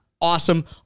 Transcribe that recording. Awesome